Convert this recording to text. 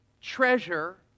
treasure